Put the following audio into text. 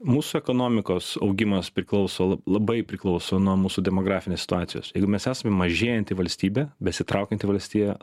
mūsų ekonomikos augimas priklauso labai priklauso nuo mūsų demografinės situacijos jeigu mes esame mažėjanti valstybė besitraukianti valstija